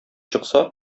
чыкса